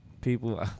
People